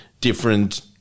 different